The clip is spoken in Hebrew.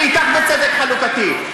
אני אתך בצדק חלוקתי.